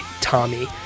Tommy